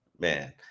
Man